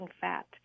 fat